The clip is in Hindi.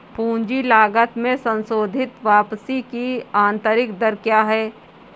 पूंजी लागत में संशोधित वापसी की आंतरिक दर क्या है?